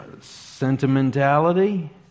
sentimentality